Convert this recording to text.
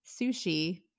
sushi